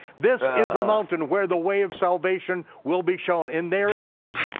this is the mountain where the way of salvation will be shone and there it is,